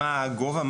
מה הגובה,